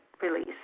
release